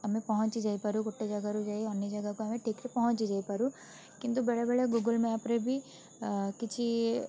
ଆମେ ପହଞ୍ଚିଯାଇପାରୁ ଗୋଟେ ଜାଗାରୁ ଯାଇ ଅନ୍ୟ ଜାଗାକୁ ଆମେ ଠିକ୍ରେ ପହଞ୍ଚିଯାଇପାରୁ କିନ୍ତୁ ବେଳେବେଳେ ଗୁଗୁଲ୍ ମ୍ୟାପ୍ ରେ ବି କିଛି